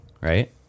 right